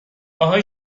آهای